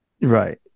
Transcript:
Right